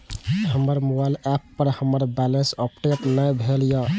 हमर mobile app पर हमर बैलेंस अपडेट ने भेल या